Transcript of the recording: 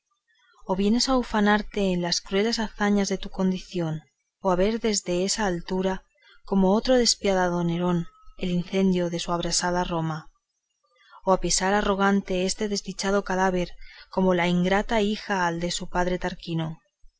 o vienes a ufanarte en las crueles hazañas de tu condición o a ver desde esa altura como otro despiadado nero el incendio de su abrasada roma o a pisar arrogante este desdichado cadáver como la ingrata hija al de su padre tarquino